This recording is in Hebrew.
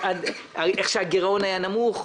איך שהגירעון היה נמוך?